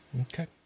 Okay